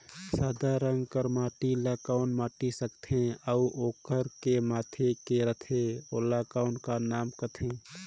सादा रंग कर माटी ला कौन माटी सकथे अउ ओकर के माधे कर रथे ओला कौन का नाव काथे?